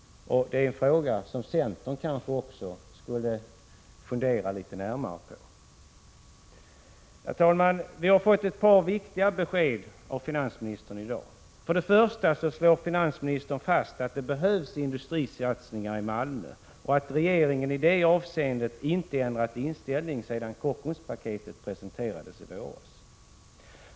Det är en fråga som centerpartiet kanske också skulle fundera litet närmare över. Herr talman! Vi har fått ett par viktiga besked av finansministern i dag. För det första slår finansministern fast att det behövs industrisatsningar i Malmö och att regeringen i det avseendet inte ändrat inställning sedan Kockumspaketet presenterades i våras.